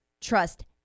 trust